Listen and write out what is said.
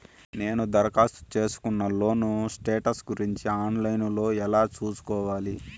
నేను దరఖాస్తు సేసుకున్న లోను స్టేటస్ గురించి ఆన్ లైను లో ఎలా సూసుకోవాలి?